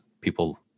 people